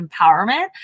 empowerment